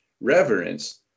reverence